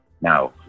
Now